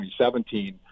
2017